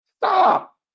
Stop